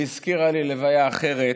היא הזכירה לי לוויה אחרת,